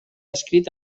escrit